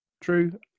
True